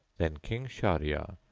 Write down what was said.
then king shahryar,